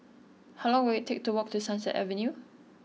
how long will it take to walk to Sunset Avenue